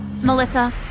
Melissa